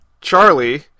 Charlie